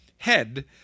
head